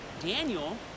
Daniel